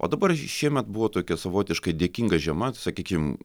o dabar šiemet buvo tokia savotiškai dėkinga žiema sakykim